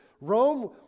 Rome